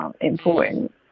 important